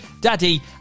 Daddy